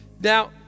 Now